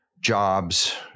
jobs